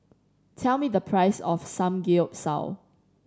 tell me the price of Samgeyopsal